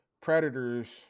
Predators